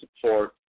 support